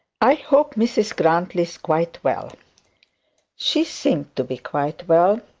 i hope mrs grantly is quite well she seemed to be quite well.